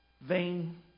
vain